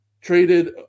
traded